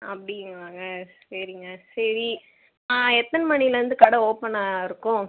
அப்படியாங்க சரிங்க சரி ஆ எத்தனை மணிலேருந்து கடை ஓப்பனாகிருக்கும்